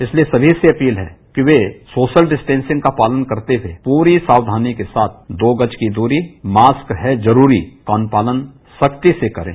इसलिए सनी से अपील है कि वे सोशल विस्टेंसिंग का पालन करते हुए पूरी साक्षानी के साथ दो गज की दूरी गास्क है जरूरी का अनुपालन सख्ती से करें